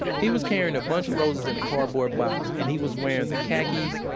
he was carrying a bunch of roses in a cardboard box and he was wearing the khakis,